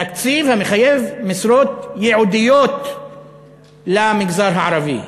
תקציב המחייב משרות ייעודיות למגזר הערבי,